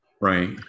Right